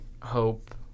hope